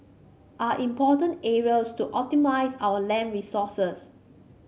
are important areas to optimise our land resources